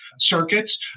circuits